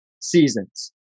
seasons